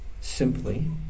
simply